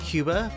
Cuba